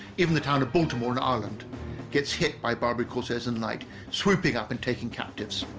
even the town of baltimore and ireland gets hit by barbary corsairs and light swooping up and taking captives